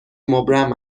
مبرم